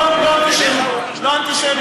לא, לא אנטישמי, לא אנטישמי.